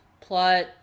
plot